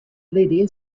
lydia